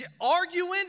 arguing